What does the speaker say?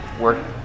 work